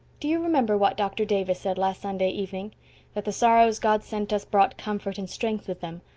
do you remember what dr. davis said last sunday evening that the sorrows god sent us brought comfort and strength with them,